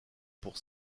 pour